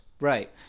Right